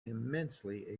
immensely